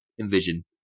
envision